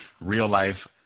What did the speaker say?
real-life